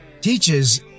teaches